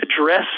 address